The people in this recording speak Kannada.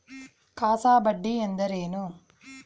ಕಾಸಾ ಬಡ್ಡಿ ಎಂದರೇನು?